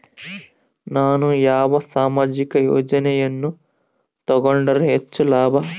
ನಾನು ಯಾವ ಸಾಮಾಜಿಕ ಯೋಜನೆಯನ್ನು ತಗೊಂಡರ ಹೆಚ್ಚು ಲಾಭ?